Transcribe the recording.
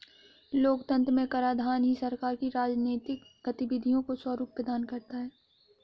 लोकतंत्र में कराधान ही सरकार की राजनीतिक गतिविधियों को स्वरूप प्रदान करता है